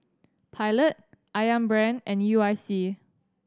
Pilot Ayam Brand and U I C